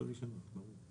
כן.